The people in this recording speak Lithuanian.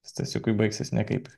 stasiukui baigsis nekaip